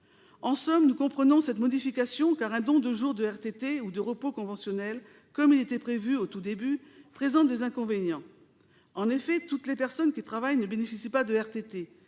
En somme, nous comprenons cette modification, car un don de jours de RTT ou de repos conventionnel, comme c'était prévu au tout début, présente des inconvénients. Toutes les personnes qui travaillent ne bénéficient pas de RTT.